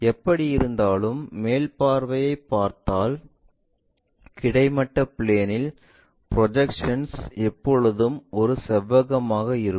எப்படியிருந்தாலும் மேல் பார்வையைப் பார்த்தால் கிடைமட்ட பிளேன்இல் ப்ரொஜெக்ஷன்ஸ் எப்போதும் ஒரு செவ்வகமாக இருக்கும்